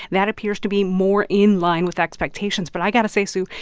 that appears to be more in line with expectations but i got to say, sue,